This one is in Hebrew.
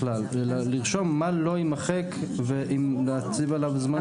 בכלל אלא לרשום מה לא יימחק ולהציב עליו זמנים.